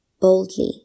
boldly